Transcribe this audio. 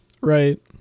right